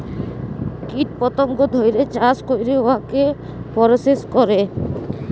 কীট পতঙ্গ ধ্যইরে চাষ ক্যইরে উয়াকে পরসেস ক্যরে